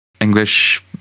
english